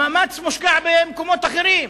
המאמץ מושקע במקומות אחרים.